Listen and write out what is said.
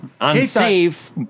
unsafe